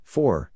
Four